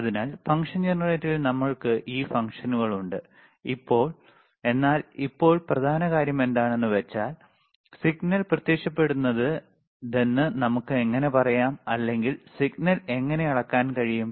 അതിനാൽ ഫംഗ്ഷൻ ജനറേറ്ററിൽ നമ്മൾക്ക് ഈ ഫംഗ്ഷനുകൾ ഉണ്ട് എന്നാൽ ഇപ്പോൾ പ്രധാന കാര്യം എന്താണെന്നുവെച്ചാൽ സിഗ്നൽ പ്രത്യക്ഷപ്പെടുന്നതെന്ന് നമുക്ക് എങ്ങനെ അറിയാം അല്ലെങ്കിൽ സിഗ്നൽ എങ്ങനെ അളക്കാൻ കഴിയും